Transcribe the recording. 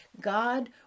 God